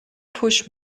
push